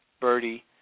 birdie